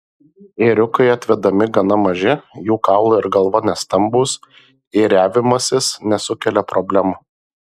ėriukai atvedami gana maži jų kaulai ir galva nestambūs ėriavimasis nesukelia problemų